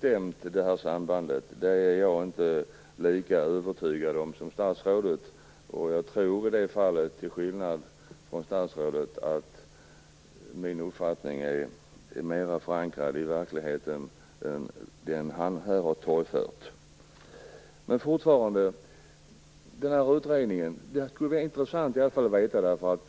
Så jag är inte lika övertygad som statsrådet om att alla vet om det här sambandet. I det fallet tror jag att min uppfattning är mer förankrad i verkligheten än den som statsrådet har torgfört. Det vore intressant att få veta något om utredningen.